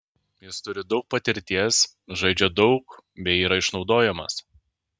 jis turi daug patirties žaidžia daug bei yra išnaudojamas